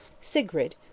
Sigrid